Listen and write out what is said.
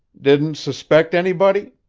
didn't suspect anybody?